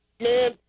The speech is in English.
Man